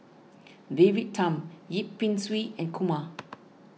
David Tham Yip Pin Xiu and Kumar